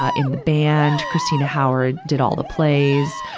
ah in the band. christina howard did all the plays.